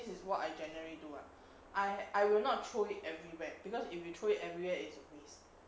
this is what I generally do ah I I will not throw it everywhere because if you throw it everywhere it's a waste